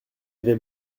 avait